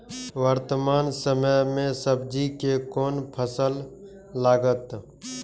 वर्तमान समय में सब्जी के कोन फसल लागत?